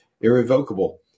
irrevocable